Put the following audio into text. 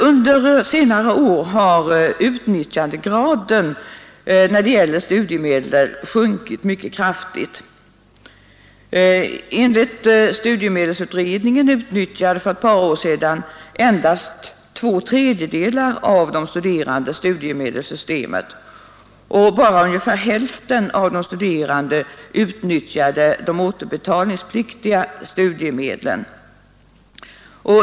Under senare år har utnyttjandegraden när det gäller studiemedel sjunkit mycket kraftigt. Enligt studiemedelsutredningen utnyttjade för ett par år sedan endast två tredjedelar av de studerande studiemedelssystemet. Bara ungefär hälften av de studerande utnyttjade de återbetalningspliktiga studiemedlen.